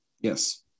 Yes